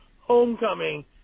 homecoming